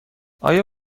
آیا